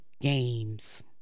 games